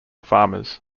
farmers